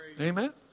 amen